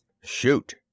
Shoot